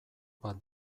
bat